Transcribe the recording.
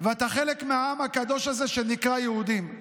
ואתה חלק מהעם הקדוש הזה שנקרא יהודים,